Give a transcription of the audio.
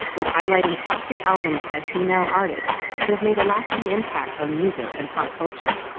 we're highlighting classic albums by female artists who have made a lasting impact on music and pop culture.